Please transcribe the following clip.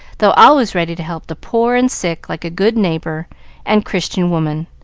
though always ready to help the poor and sick like a good neighbor and christian woman.